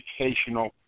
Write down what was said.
educational